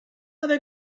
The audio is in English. other